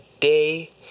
day